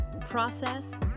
Process